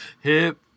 Hip